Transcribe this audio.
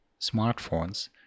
smartphones